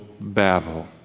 Babel